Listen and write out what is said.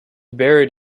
buried